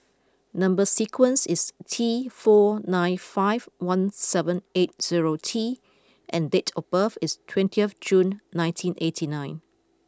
number sequence is T four nine five one seven eight zero T and date of birth is twenty of June nineteen eighty nine